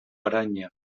araña